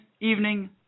evening